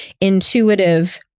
intuitive